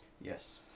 Yes